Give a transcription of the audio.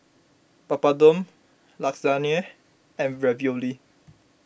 Papadum Lasagna and Ravioli